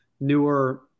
newer